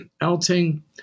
Elting